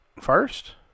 First